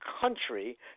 country